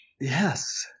Yes